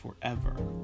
forever